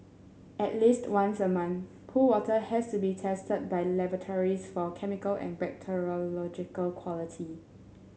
at least once a month pool water has to be tested by laboratories for chemical and bacteriological quality